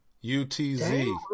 U-T-Z